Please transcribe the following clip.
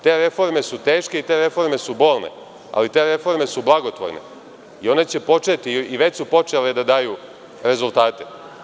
Te reforme su teške i te reforme su bolne, ali te reforme su blagotvorne i one će početi i već su počele da daju rezultate.